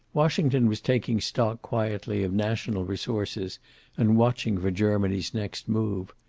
washington was taking stock quietly of national resources and watching for germany's next move.